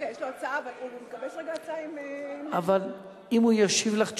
רגע, הוא מגבש הצעה, אבל אם הוא ישיב לך תשובה,